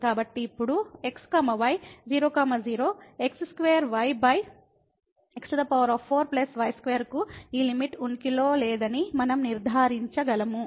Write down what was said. కాబట్టి ఇప్పుడు x y 0 0 x2yx4y2 కు ఈ లిమిట్ ఉనికిలో లేదని మనం నిర్ధారించగలము